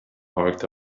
parked